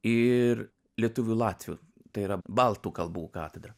ir lietuvių latvių tai yra baltų kalbų katedrą